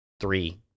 Three